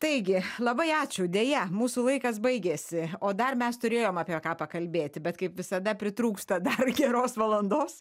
taigi labai ačiū deja mūsų laikas baigėsi o dar mes turėjom apie ką pakalbėti bet kaip visada pritrūksta dar geros valandos